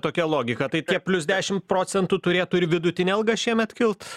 tokia logika tai plius dešimt procentų turėtų ir vidutinė alga šiemet kilt